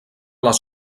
les